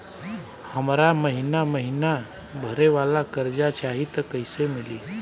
हमरा महिना महीना भरे वाला कर्जा चाही त कईसे मिली?